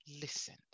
listen